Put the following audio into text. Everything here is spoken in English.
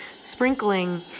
sprinkling